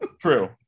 true